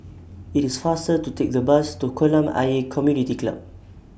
IT IS faster to Take The Bus to Kolam Ayer Community Club